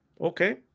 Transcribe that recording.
Okay